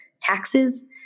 Taxes